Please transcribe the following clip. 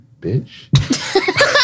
bitch